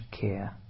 care